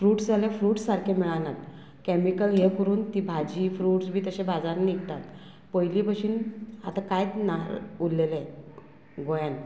fruits जाल्यार fruits सारकें मेळनात कॅमिकल हें करून तीं भाजी फ्रुट्स बी तशें बाजारान न्हिटतात पयलीं भशेन आतां कांयत ना उरलेले गोंयान